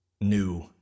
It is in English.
new